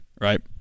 right